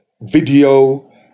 video